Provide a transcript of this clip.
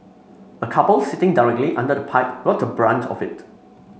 a couple sitting directly under the pipe got the brunt of it